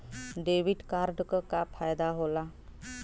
Debit card क का फायदा हो ला?